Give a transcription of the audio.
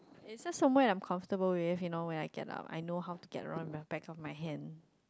it's just somewhere I'm comfortable with you know when I get up I know how to get around with my bag on my hand